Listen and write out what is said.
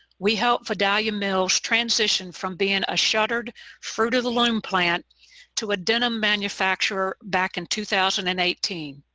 we helped vidalia mills transition from being a shuttered fruit of the loom plant to a denim manufacturer back in two thousand and eighteen,